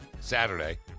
Saturday